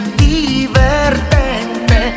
divertente